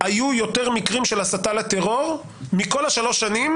היו יותר מקרים של הסתה לטרור מכל השלוש שנים